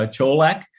Cholak